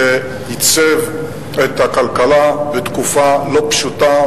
כשייצב את הכלכלה בתקופה לא פשוטה.